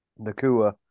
Nakua